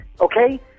okay